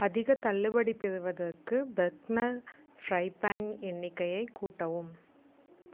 அதிகத் தள்ளுபடி பெறுவதற்கு பெர்க்னர் ஃப்ரை பேன் எண்ணிக்கையை கூட்டவும்